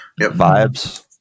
vibes